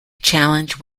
challenge